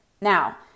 Now